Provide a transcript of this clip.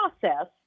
process